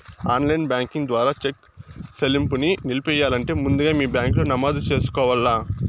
online banking ద్వారా cheque సెల్లింపుని నిలిపెయ్యాలంటే ముందుగా మీ బ్యాంకిలో నమోదు చేసుకోవల్ల